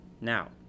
Now